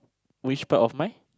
which part of mine